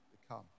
become